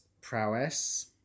prowess